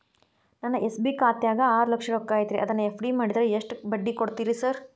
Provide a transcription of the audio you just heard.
ನನ್ನ ಎಸ್.ಬಿ ಖಾತ್ಯಾಗ ಆರು ಲಕ್ಷ ರೊಕ್ಕ ಐತ್ರಿ ಅದನ್ನ ಎಫ್.ಡಿ ಮಾಡಿದ್ರ ಎಷ್ಟ ಬಡ್ಡಿ ಕೊಡ್ತೇರಿ ಸರ್?